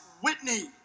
Whitney